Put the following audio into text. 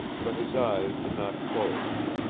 but his eyes did not close.